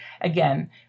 again